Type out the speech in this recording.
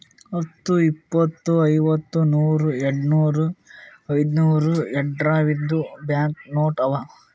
ಹತ್ತು, ಇಪ್ಪತ್, ಐವತ್ತ, ನೂರ್, ಯಾಡ್ನೂರ್, ಐಯ್ದನೂರ್, ಯಾಡ್ಸಾವಿರ್ದು ಬ್ಯಾಂಕ್ ನೋಟ್ ಅವಾ